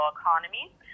economy